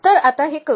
तर आता हे करू